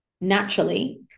naturally